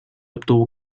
obtuvo